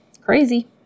Crazy